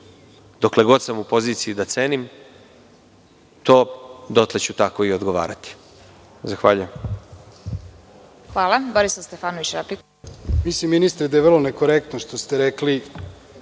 Dokle god sam u poziciji da cenim, dotle ću tako i odgovarati. Zahvaljujem.